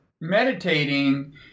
meditating